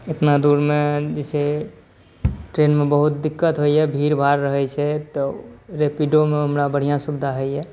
एतना दूरमे जे छै ट्रेनमे बहुत दिक्कत होइए बहुत भीड़भाड़ रहै छै तऽ रैपिडोमे हमरा बढ़िआँ सुविधा होइए